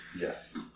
Yes